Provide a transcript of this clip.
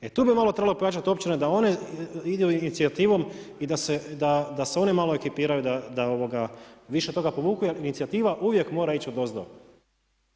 Jer tu bi malo trebalo pojačati općinom, da one idu inicijativom i da se one malo ekipiraju, da više toga povuku, jer inicijativa uvijek mora ići odozdo.